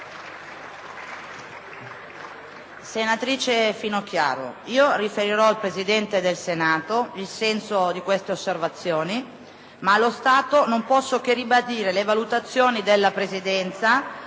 Senatrice Finocchiaro, io riferirò al Presidente del Senato il senso delle sue osservazioni, ma, allo stato, non posso che ribadire le valutazioni della Presidenza